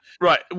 Right